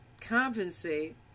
compensate